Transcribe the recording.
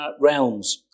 realms